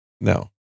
no